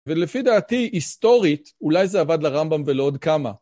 ולפי דעתי היסטורית, אולי זה עבד לרמב״ם ולעוד כמה.